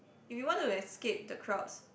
if you want to escape the crowds